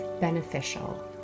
beneficial